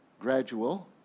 gradual